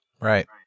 Right